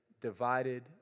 divided